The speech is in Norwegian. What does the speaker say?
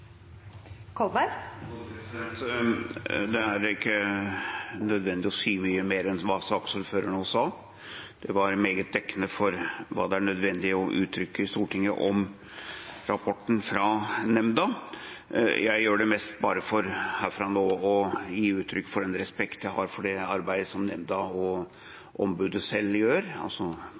ikke nødvendig å si mye mer enn det saksordføreren nå sa. Det var meget dekkende for hva som er nødvendig å uttrykke i Stortinget om rapporten fra nemnda. Jeg gjør det mest bare for herfra nå å gi uttrykk for den respekten jeg har for det arbeidet som nemnda og ombudet selv gjør, altså